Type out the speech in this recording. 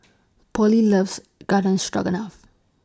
Pollie loves Garden Stroganoff